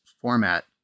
format